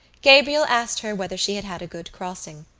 gabriel asked her whether she had had a good crossing.